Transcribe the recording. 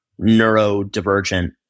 neurodivergent